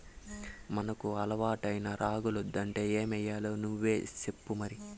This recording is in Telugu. మనకు అలవాటైన రాగులొద్దంటే ఏమయ్యాలో నువ్వే సెప్పు మరి